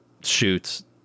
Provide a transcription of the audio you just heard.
shoots